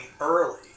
early